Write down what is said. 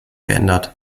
geändert